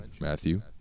Matthew